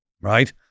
right